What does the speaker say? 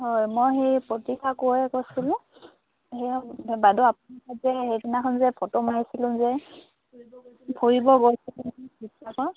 হয় মই সেই প্ৰতিশা কোঁৱৰে কৈছিলোঁ সেই বাইদেউ আপোনালোকে যে সেইদিনাখন যে ফটো মাৰিছিলোঁ যে ফুৰি ফুৰিব গৈছিলোঁ